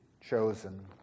chosen